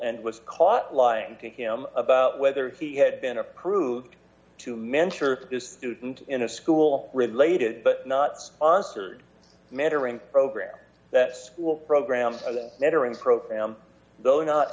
and was caught lying to him about whether he had been approved to mentor this student in a school related but nots mentoring program that school programs a mentoring program though not